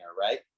right